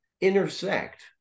intersect